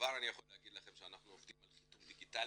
כבר אני יכול להגיד לכם שא נחנו עובדים על חיתום דיגיטלי,